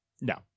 No